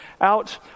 out